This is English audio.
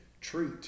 treat